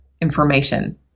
information